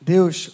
Deus